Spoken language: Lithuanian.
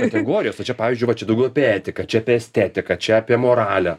kategorijos va čia pavyzdžiui va čia daugiau apie etiką čia apie estetiką čia apie moralę